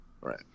Right